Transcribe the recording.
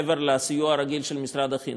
מעבר לסיוע הרגיל של משרד החינוך.